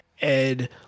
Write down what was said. ed